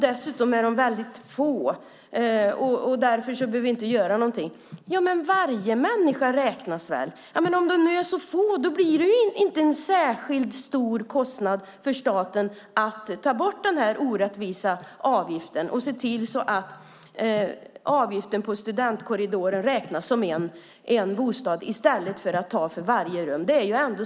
Dessutom är de väldigt få, och därför behöver vi inte göra någonting. Men varje människa räknas väl? Om de är så få blir det ju inte en särskilt stor kostnad för staten att ta bort den orättvisa avgiften och se till att avgiften för studentkorridor räknas som för en bostad i stället för att ha avgift för varje rum.